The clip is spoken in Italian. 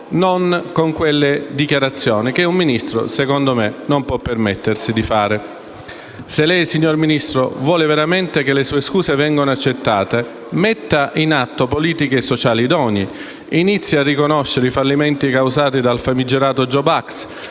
di rilasciare dichiarazioni che un Ministro, secondo me, non può permettersi di fare. Se lei, signor Ministro, vuole veramente che le sue scuse vengano accettate, metta in atto politiche sociali idonee. Inizi a riconoscere i fallimenti causati dal famigerato *jobs